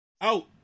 out